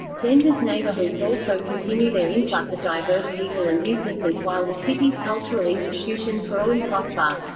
denver's neighborhoods also continue their influx of diverse people and businesses while the city's cultural institutions grow and prosper.